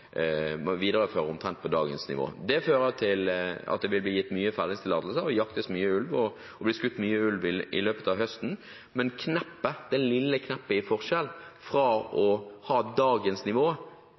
omtrent dagens nivå. Det fører til at det vil bli gitt mange fellingstillatelser, jaktes mye på ulv og bli skutt mye ulv i løpet av høsten, men det lille kneppet i forskjell, fra å